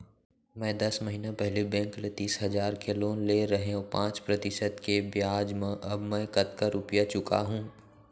मैं दस महिना पहिली बैंक ले तीस हजार के लोन ले रहेंव पाँच प्रतिशत के ब्याज म अब मैं कतका रुपिया चुका हूँ?